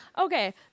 Okay